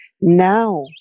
now